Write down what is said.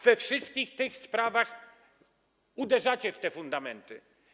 We wszystkich tych sprawach uderzacie w te fundamenty.